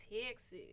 Texas